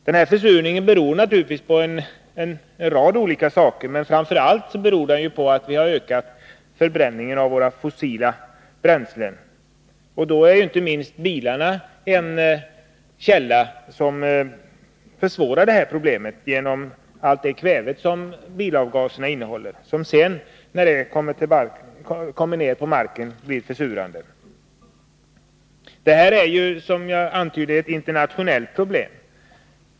Den här försurningen har naturligtvis en rad olika orsaker, men framför allt beror den på att vi har ökat förbränningen av fossila bränslen. Då är inte minst bilarna en källa som försvårar det här problemet. Det kväve som bilavgaserna innehåller blir när det kommer ner på marken försurande. Detta är, som jag antydde, ett internationellt problem.